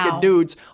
dudes